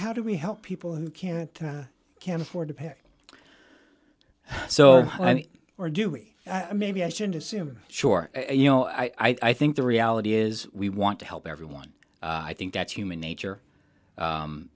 how do we help people who can't can't afford to pay so or do we i maybe i shouldn't assume short you know i think the reality is we want to help everyone i think that's human nature